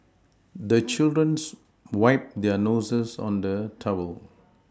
the children's wipe their noses on the towel